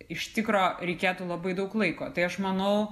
iš tikro reikėtų labai daug laiko tai aš manau